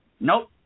Nope